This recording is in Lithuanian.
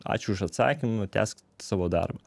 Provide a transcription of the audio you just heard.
ačiū už atsakymą tęsk savo darbą